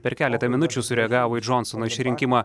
per keletą minučių sureagavo į džonsono išrinkimą